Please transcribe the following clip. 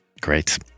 Great